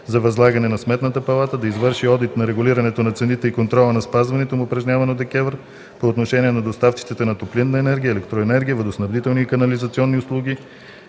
за възлагане на Сметната палата да извърши одит на регулирането на цените и контрола за спазването им, упражняван от ДКЕВР по отношение на доставчиците на: топлинна енергия, електроенергия, водоснабдителни и канализационни услуги